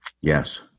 yes